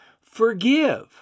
forgive